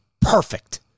perfect